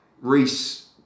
Reese